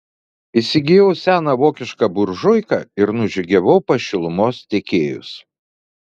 įsigijau seną vokišką buržuiką ir nužygiavau pas šilumos tiekėjus